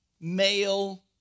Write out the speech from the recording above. male